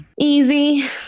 easy